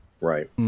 Right